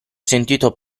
sentito